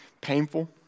painful